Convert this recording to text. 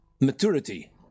maturity